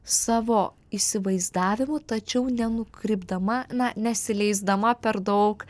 savo įsivaizdavimu tačiau nenukrypdama na nesileisdama per daug